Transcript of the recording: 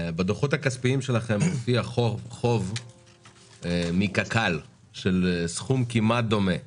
בדוחות הכספיים שלכם מופיע חוב מקק"ל בסכום דומה.